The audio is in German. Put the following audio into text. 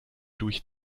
durch